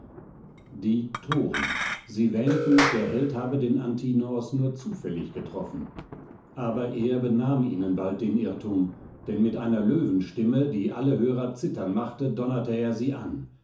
die thoren sie wähnten der held habe den antinoos nur zufällig getroffen aber er benahm ihnen bald den irrtum denn mit einer löwenstimme die alle hörer zittern machte donnerte er sie an